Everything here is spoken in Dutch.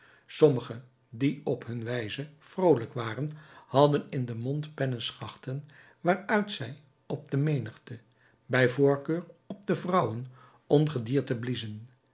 sommigen die op hun wijze vroolijk waren hadden in den mond penneschachten waaruit zij op de menigte bij voorkeur op de vrouwen ongedierte bliezen